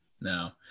No